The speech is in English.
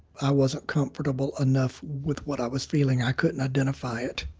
i wasn't comfortable enough with what i was feeling. i couldn't identify it